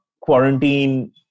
quarantine